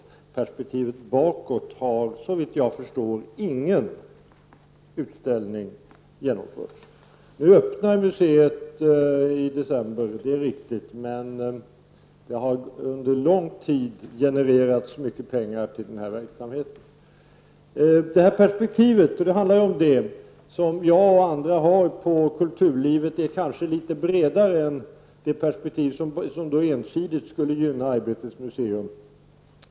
I perspektivet bakåt har, såvitt jag förstår ingen utställning genomförts. Nu öppnar museet i december, det är riktigt, men det har under lång tid genererats mycket pengar till denna verksamhet. Det handlar nu om det perspektiv som jag och andra har på kulturlivet. Det är kanske litet bredare än det perspektiv som ensidigt skulle gynna Arbetets museum.